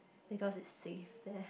because it's safe there